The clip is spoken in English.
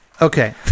Okay